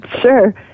Sure